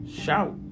Shout